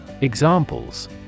Examples